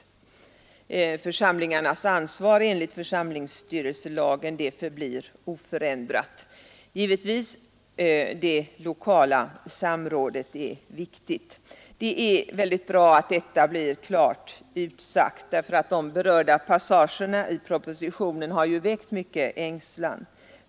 Församlingarnas ansvar enligt församlingsstyrelselagen förblir oförändrat. Det lokala samrådet är givetvis viktigt. Det är bra att detta blir klart utsagt, eftersom de berörda passagerna i propositionen har väckt mycken ängslan.